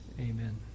Amen